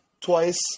twice